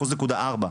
אחוז נקודה ארבע.